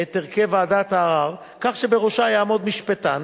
את הרכב ועדת הערר כך שבראשה יעמוד משפטן